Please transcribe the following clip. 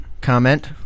comment